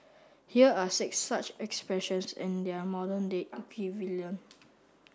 here are six such expressions and their modern day equivalent